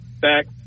back